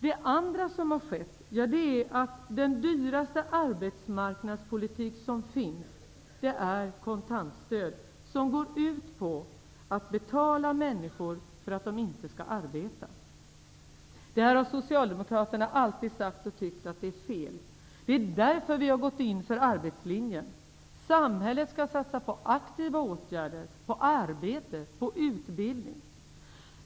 Det andra som har skett är: Den dyraste arbetsmarknadspolitik som finns är kontantstöd, som går ut på att betala människor för att de inte skall arbeta. Det har vi socialdemokrater alltid sagt och tyckt vara fel. Det är därför som vi har gått in för arbetslinjen; samhället skall satsa på aktiva åtgärder, på arbete och utbildning.